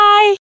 Bye